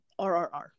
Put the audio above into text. RRR